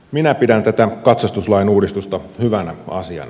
minä pidän tätä katsastuslain uudistusta hyvänä asiana